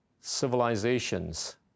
civilizations